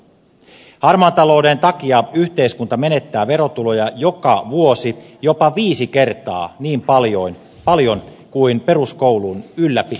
harmaan talouden takia yhteiskunta menettää verotuloja joka vuosi jopa viisi kertaa niin paljon kuin peruskoulun ylläpitäminen maksaa